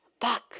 back